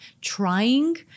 trying